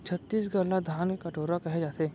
छत्तीसगढ़ ल धान के कटोरा कहे जाथे